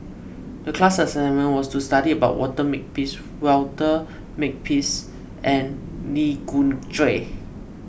the class assignment was to study about Walter Makepeace Walter Makepeace and Lee Khoon Choy